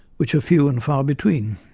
which are few and far between.